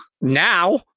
Now